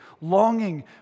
longing